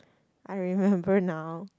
I remember now